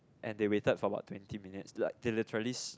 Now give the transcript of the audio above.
and they waited for about twenty minutes like they literally